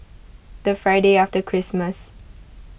the Friday after Christmas